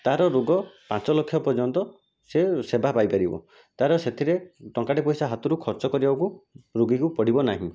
ତା'ର ରୋଗ ପାଞ୍ଚଲକ୍ଷ ପର୍ଯ୍ୟନ୍ତ ସେ ସେବା ପାଇପାରିବ ତା'ର ସେଥିରେ ଟଙ୍କାଟିଏ ପଇସା ହାତରୁ ଖର୍ଚ୍ଚ କରିବାକୁ ରୋଗୀକୁ ପଡ଼ିବ ନାହିଁ